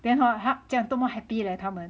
then hor 他这样多么 happy leh 他们